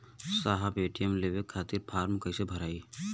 साहब ए.टी.एम लेवे खतीं फॉर्म कइसे भराई?